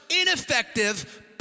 ineffective